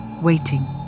waiting